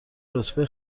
رتبه